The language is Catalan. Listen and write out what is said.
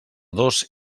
dos